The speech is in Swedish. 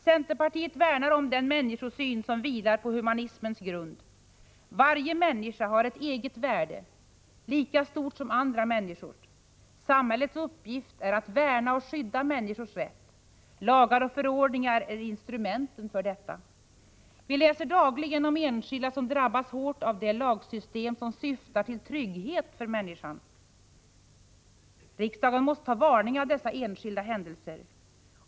Centerpartiet värnar om den människosyn som vilar på humanismens grund. Varje människa har ett eget värde, lika stort som andra människors. Samhällets uppgift är att värna och skydda människors rätt. Lagar och förordningar är instrumenten för detta. Vi läser dagligen om enskilda som drabbas hårt av det lagsystem som syftar till trygghet för människan. Riksdagen måste ta varning av dessa enskilda händelser.